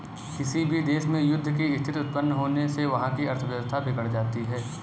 किसी भी देश में युद्ध की स्थिति उत्पन्न होने से वहाँ की अर्थव्यवस्था बिगड़ जाती है